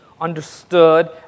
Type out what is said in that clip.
understood